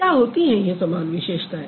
क्या होती हैं समान विशेषताएँ